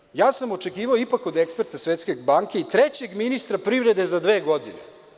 Međutim, ja sam ipak očekivao od eksperta Svetske banke i trećeg ministra privrede za dve godine.